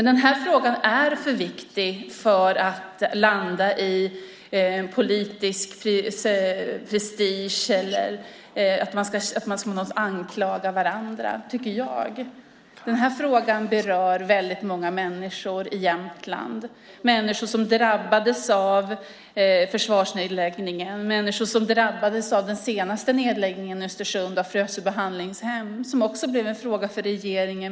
Den här frågan är för viktig för att landa i politisk prestige eller i att man anklagar varandra. Den här frågan berör väldigt många människor i Jämtland. Det är människor som drabbades av försvarsnedläggningen och den senaste nedläggningen i Östersund av Frösö behandlingshem. Det blev också en fråga för regeringen.